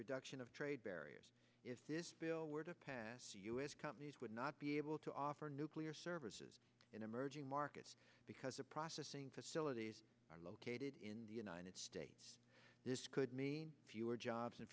reduction of trade barriers if this bill were to pass the u s companies would not be able to offer nuclear services in emerging markets because a processing facilities are located in the united states this could mean fewer jobs and